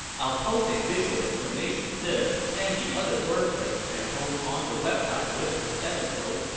i'll post a visual explanation of this and the other word-play example on the website with this episode,